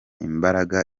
imbaraga